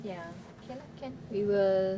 ya K lah can we will